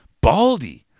Baldy